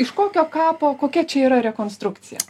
iš kokio kapo kokia čia yra rekonstrukcija